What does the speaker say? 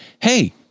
Hey